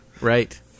right